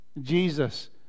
Jesus